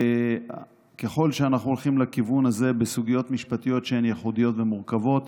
וככל שאנחנו הולכים לכיוון הזה בסוגיות משפטיות שהן ייחודיות ומורכבות,